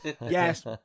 yes